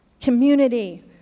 community